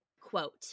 Quote